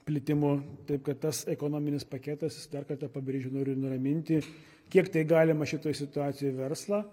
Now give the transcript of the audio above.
plitimu taip kad tas ekonominis paketas jis dar kartą pabrėžiu noriu nuraminti kiek tai galima šitoj situacijoj verslą